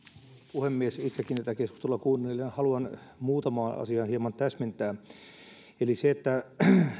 puhemies itsekin tätä keskustelua kuunnelleena haluan muutamaa asiaa hieman täsmentää eli se että